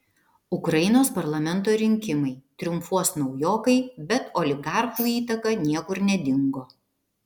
ukrainos parlamento rinkimai triumfuos naujokai bet oligarchų įtaka niekur nedingo